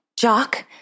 Jock